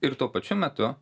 ir tuo pačiu metu